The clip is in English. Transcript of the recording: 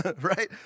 right